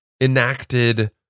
enacted